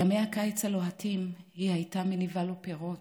בימי הקיץ הלוהטים הוא היה מניב לו פירות.